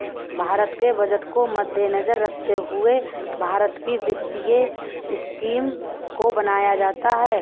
भारत के बजट को मद्देनजर रखते हुए भारत की वित्तीय स्कीम को बनाया जाता है